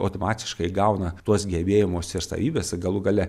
automatiškai įgauna tuos gebėjimus ir savybes galų gale